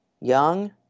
Young